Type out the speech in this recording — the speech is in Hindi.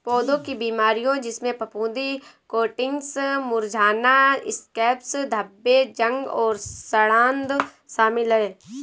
पौधों की बीमारियों जिसमें फफूंदी कोटिंग्स मुरझाना स्कैब्स धब्बे जंग और सड़ांध शामिल हैं